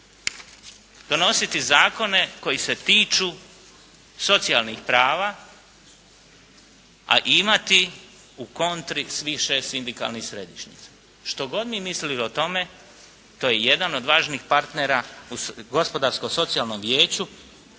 donositi zakone koji se tiču socijalnih prava, a imati u kontri svih 6 sindikalnih središnjica. Što god mi mislili o tome, to je jedan od važnih partnera u Gospodarsko-socijalnom vijeću